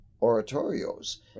oratorios